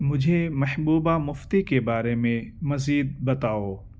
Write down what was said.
مجھے محبوبہ مفتی کے بارے میں مزید بتاؤ